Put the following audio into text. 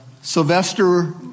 Sylvester